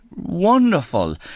Wonderful